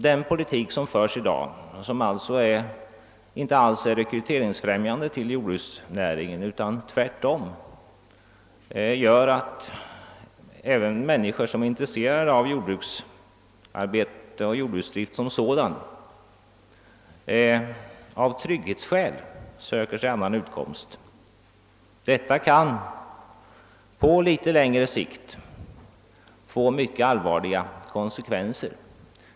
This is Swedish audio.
Den politik som förs i dag, vilken inte alls är rekryteringsfrämjande till jordbruksnäringen utan tvärtom, gör att även människor som är intresserade av jordbruksarbete och jordbruksdrift som sådan av trygghetsskäl söker sig annan utkomst. Detta kan på längre sikt få mycket allvarliga konsekvenser.